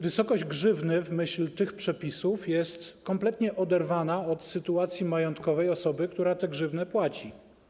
Wysokość grzywny w myśl tych przepisów jest kompletnie oderwana do sytuacji majątkowej osoby, która tę grzywnę płaci.